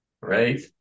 right